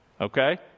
Okay